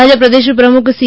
ભાજપ પ્રદેશ પ્રમુખ સી